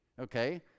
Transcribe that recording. okay